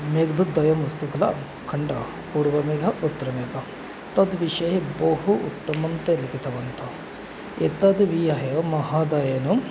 मेघद्वयमस्ति किल खण्डः पूर्वमेघः उत्तरमेघः तद्विषये बहु उत्तमं ते लिखितवन्तः एतद्विहाय महोदयानां